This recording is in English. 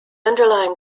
underlying